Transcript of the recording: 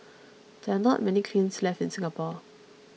there are not many kilns left in Singapore